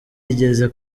yigeze